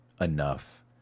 enough